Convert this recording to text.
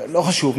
לא חשוב,